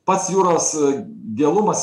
pats jūros gilumas